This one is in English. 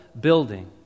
building